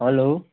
hello